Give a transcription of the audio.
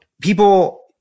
people